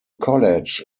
college